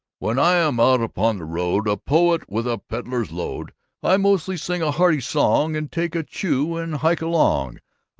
when i am out upon the road, a poet with a pedler's load i mostly sing a hearty song, and take a chew and hike along,